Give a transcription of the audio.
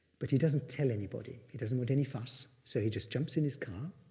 but he doesn't tell anybody. he doesn't want any fuss, so he just jumps in his car,